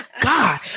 God